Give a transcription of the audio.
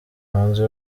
hanze